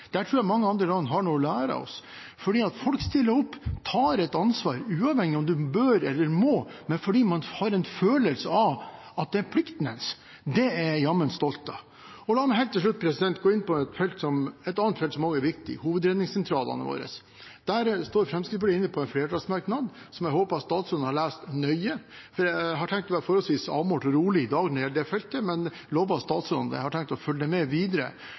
Der tror jeg mange andre land har noe å lære av oss. Folk stiller opp og tar ansvar, uavhengig av om man bør eller må, men fordi man har en følelse av at det er plikten deres. Det er jeg jammen stolt av. La meg helt til slutt komme inn på et annet felt som også er viktig: hovedredningssentralene våre. Der er Fremskrittspartiet med på en flertallsmerknad som jeg håper statsråden har lest nøye, for jeg har tenkt å være forholdsvis avmålt og rolig i dag når det gjelder det feltet, men jeg lover statsråden at jeg har tenkt å følge med videre